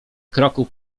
kroków